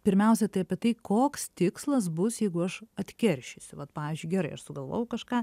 pirmiausia tai apie tai koks tikslas bus jeigu aš atkeršysiu vat pavyzdžiui gerai aš sugalvojau kažką